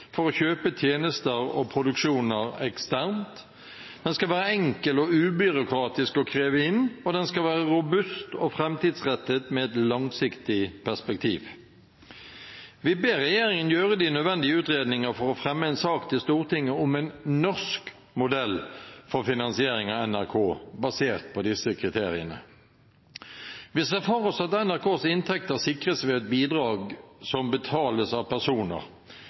for å kjøpe tjenester og produksjoner eksternt. Den skal være enkel og ubyråkratisk å kreve inn, og den skal være robust og framtidsrettet med et langsiktig perspektiv. Vi ber regjeringen gjøre de nødvendige utredninger for å fremme en sak til Stortinget om en «NoRsK» modell for finansiering av NRK, basert på disse kriteriene. Vi ser for oss at NRKs inntekter sikres ved et bidrag som betales av personer.